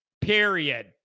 period